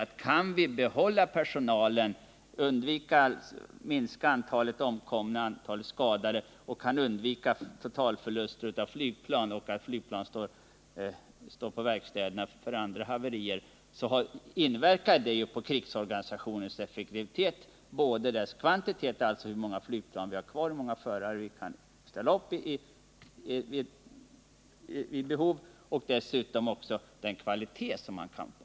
Om vi kan behålla personalen genom att minska antalet omkomna och skadade och om vi kan undvika totalförluster av flygplan eller minska den tid som planen står på verkstäder, inverkar det på krigsorganisationens effektivitet. Detta gäller både kvantitativt, — dvs. hur många flygplan och förare vi kan ställa upp med — och kvalitativt.